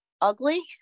ugly